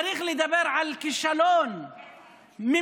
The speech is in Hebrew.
צריך לדבר על כישלון ממשלתי,